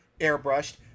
airbrushed